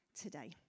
today